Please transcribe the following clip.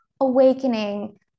awakening